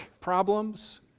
problems